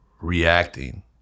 reacting